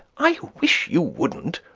i wish you wouldn't.